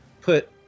put